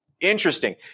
interesting